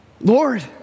Lord